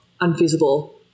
unfeasible